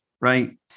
right